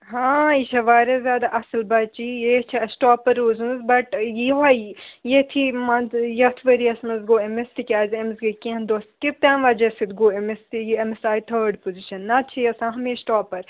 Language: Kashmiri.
ہاں یہِ چھےٚ واریاہ زیادٕ اَصٕل بَچہٕ یے چھےٚ اَسہِ ٹاپَر روٗزمٕژ بَٹ یِہوٚے ییٚتھی منٛزٕ یَتھ ؤرِیَس منٛز گوٚو أمِس تِکیٛازِ أمِس گٔے کیٚنٛہہ دۄہ سِکِپ تَمہِ وَجہ سۭتۍ گوٚو أمِس تہِ یہِ أمِس آے تھٲڈ پُزِشَن نَتہٕ چھِ یہِ آسان ہمیشہٕ ٹاپَر